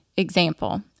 example